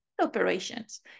operations